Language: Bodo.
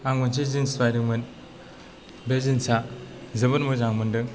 आं मोनसे जिन्स बायदोंमोन बे जिन्सा जोबोद मोजां मोनदों